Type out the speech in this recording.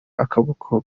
akaboko